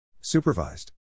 supervised